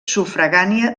sufragània